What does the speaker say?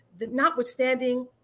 notwithstanding